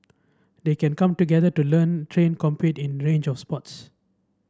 they can come together to learn train compete in range of sports